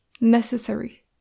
Necessary